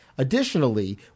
Additionally